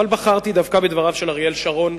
אבל בחרתי דווקא בדבריו של אריאל שרון,